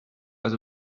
was